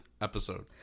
episode